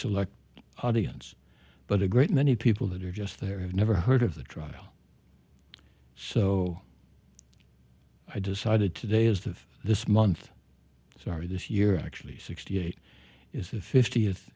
select audience but a great many people that are just there have never heard of the trial so i decided today is the of this month so far this year actually sixty eight is the fiftieth